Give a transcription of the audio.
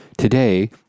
Today